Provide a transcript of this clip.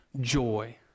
joy